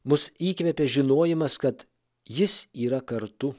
mus įkvepia žinojimas kad jis yra kartu